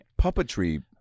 puppetry